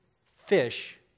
fish